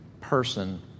person